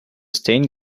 stained